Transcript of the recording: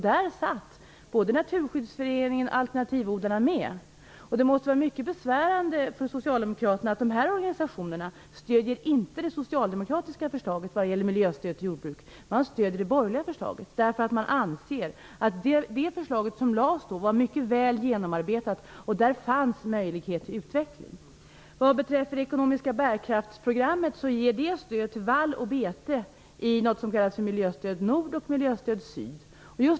Där satt både Naturskyddsföreningen och alternativodlarna med. Det måste vara mycket besvärande för Socialdemokraterna att dessa organisationer inte stöder det socialdemokratiska förslaget vad gäller miljöstöd till jordbruket. De stöder det borgerliga förslaget, eftersom de anser att det förslaget var mycket väl genomarbetat och att det fanns möjlighet till utveckling. Det ekonomiska bärkraftsprogrammet ger stöd till vall och bete i något som kallas för miljöstöd nord och miljöstöd syd.